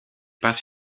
passe